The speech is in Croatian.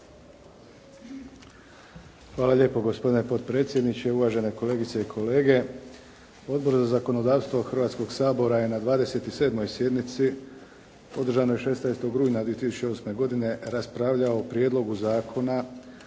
Hvala lijepo gospodine potpredsjedniče, uvažene kolegice i kolege. Odbor za zakonodavstvo Hrvatskog sabora je na 27. sjednici održanoj 16. rujna 2008. godine raspravljao o prijedlogu Zakona